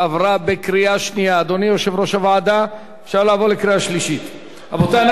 אדוני יושב-ראש הוועדה, אפשר לעבור לקריאה שלישית?